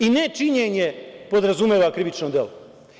I ne činjenje podrazumeva krivično delo.